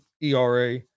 ERA